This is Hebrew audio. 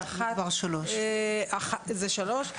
זה שלוש,